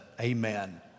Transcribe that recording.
amen